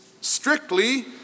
strictly